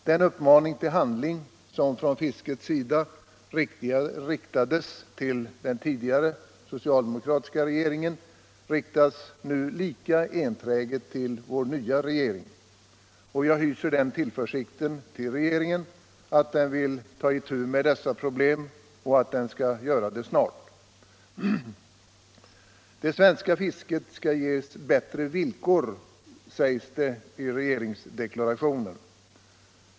Den uppmaning till handling som från fiskets sida riktades till den tidigare socialdemokratiska regeringen riktas nu lika enträget till vår nya regering. Jag hyser så stor tillförsikt till regeringen att jag tror att den vill ta itu med dessa problem och att den skalt göra det snart. ”Det svenska fisket skall ges bättre villkor”, sägs det i regeringsdeklarationen.